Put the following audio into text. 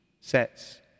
sets